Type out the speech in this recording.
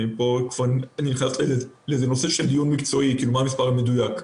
אני נכנס לדיון מקצועי, מה המספר המדויק,